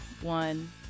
one